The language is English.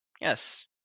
yes